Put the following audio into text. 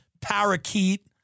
parakeet